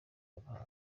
yampaye